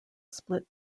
split